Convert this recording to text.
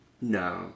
No